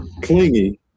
clingy